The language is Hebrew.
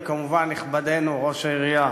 וכמובן נכבדנו ראש העירייה